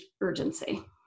urgency